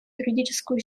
юридическую